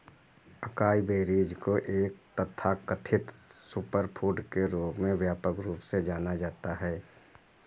acai berries को एक तथाकथित सुपरफूड के रूप में व्यापक रूप से जाना जाता है